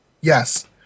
Yes